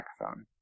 microphone